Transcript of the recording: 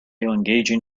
engaging